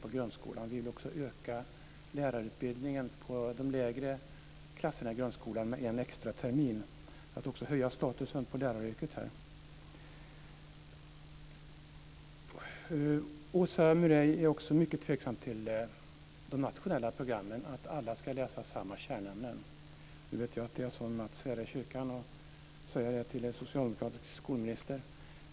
Vi vill också öka lärarutbildningen för de lägre klasserna i grundskolan med en extra termin, för att också höja statusen på läraryrket. Åsa Murray är också mycket tveksam till de nationella programmen, att alla ska läsa samma kärnämnen. Jag vet att det är som att svära i kyrkan att säga det till en socialdemokratisk socialminister.